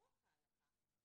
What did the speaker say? רוח ההלכה היא